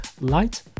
Light